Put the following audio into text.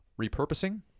repurposing